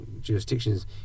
jurisdictions